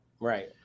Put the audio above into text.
Right